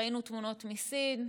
ראינו תמונות מסין,